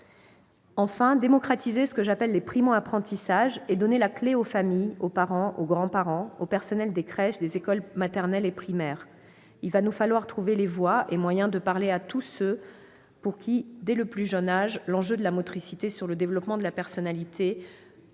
de démocratiser ce que j'appelle les « primo apprentissages » et donner les clefs aux familles, aux parents, aux grands-parents, aux personnels des crèches, des écoles maternelles et primaires. Il va nous falloir trouver les voies et moyens de parler à tous pour que, dès le plus jeune âge, l'enjeu de la motricité sur le développement de la personnalité